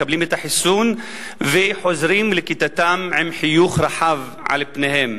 מקבלים את החיסון וחוזרים לכיתתם עם חיוך רחב על פניהם.